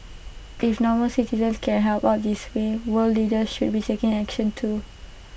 if normal citizens can help out this way world leaders should be taking action too